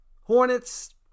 Hornets